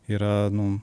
yra nu